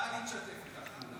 טלי תשתף איתך פעולה.